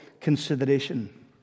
consideration